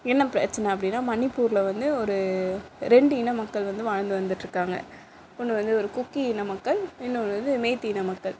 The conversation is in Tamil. என்ன பிரச்சின அப்படினா மணிப்பூரில் வந்து ஒரு ரெண்டு இன மக்கள் வந்து வாழ்ந்து வந்துகிட்டுருக்காங்க ஒன்று வந்து ஒரு குக்கி இன மக்கள் இன்னொன்று வந்து மைத்தி இன மக்கள்